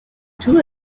two